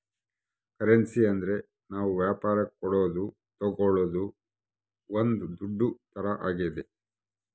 currency ಅಂದ್ರ ನಾವ್ ವ್ಯಾಪರಕ್ ಕೊಡೋದು ತಾಗೊಳೋದು ಒಂದ್ ದುಡ್ಡು ತರ ಆಗ್ಯಾದ